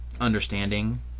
understanding